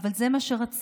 אבל זה מה שרציתי.